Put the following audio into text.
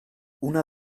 una